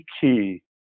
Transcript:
key